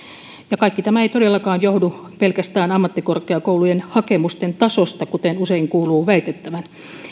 kaikki tämä ei todellakaan johdu pelkästään ammattikorkeakoulujen hakemusten tasosta kuten usein kuuluu väitettävän